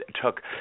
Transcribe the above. took